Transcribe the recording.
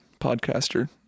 podcaster